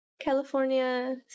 California